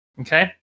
Okay